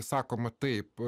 sakoma taip